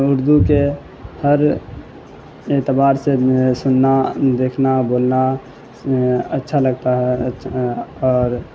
اردو کے ہر اعتبار سے سننا دیکھنا بولنا اچھا لگتا ہے اور